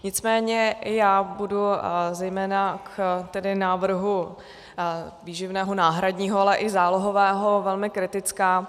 Nicméně já budu zejména k návrhu výživného náhradního, ale i zálohového velmi kritická.